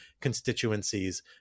constituencies